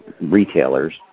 retailers